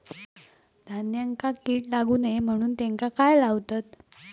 धान्यांका कीड लागू नये म्हणून त्याका काय लावतत?